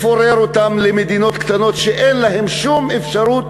לפורר אותן למדינות קטנות שאין להן שום אפשרות